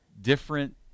different